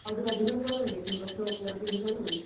ଆଉ ଟିକିଏ ଅଧିକ ହେଇପାରିବ କି ତିନିଲକ୍ଷ ଉପରେ ଟିକେ ହେଇପାରିବ କି